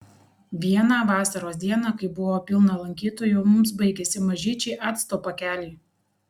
vieną vasaros dieną kai buvo pilna lankytojų mums baigėsi mažyčiai acto pakeliai